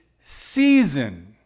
season